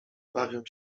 bawią